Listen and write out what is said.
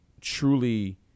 truly